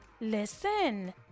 Listen